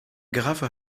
giraffe